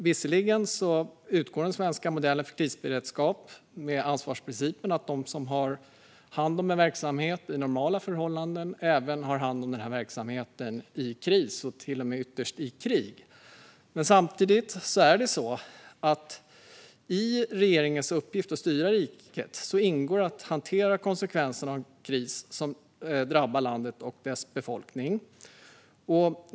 Visserligen utgår den svenska modellen för krisberedskap från ansvarsprincipen: De som har hand om en verksamhet under normala förhållanden har även hand om den i kris och ytterst även i krig. Samtidigt ingår det i regeringens uppgift att styra riket att hantera konsekvenserna av en kris som drabbar landet och dess befolkning.